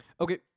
okay